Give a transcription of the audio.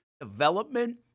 Development